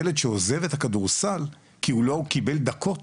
ילד שעוזב את הכדורסל כי הוא לא קיבל דקות